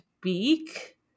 beak